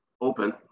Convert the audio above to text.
open